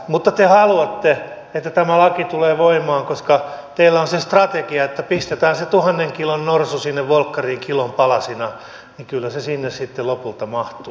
mutta te haluatte että tämä laki tulee voimaan koska teillä on se strategia että pistetään se tuhannen kilon norsu sinne volkkariin kilon palasina niin kyllä se sinne sitten lopulta mahtuu